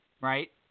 Right